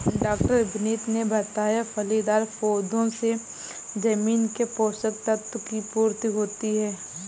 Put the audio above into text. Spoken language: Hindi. डॉ विनीत ने बताया फलीदार पौधों से जमीन के पोशक तत्व की पूर्ति होती है